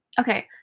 Okay